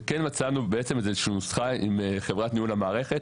ומצאנו איזושהי נוסחה עם חברת ניהול המערכת